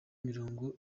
mirongo